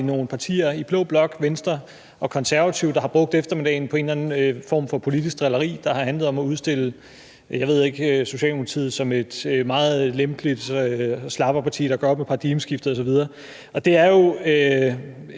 vi nogle partier i blå blok – Venstre og Konservative – der har brugt eftermiddagen på en eller anden form for politisk drilleri, der har handlet om at udstille Socialdemokratiet som et meget lempeligt slapperparti, der gør op med paradigmeskiftet osv. Og det er jo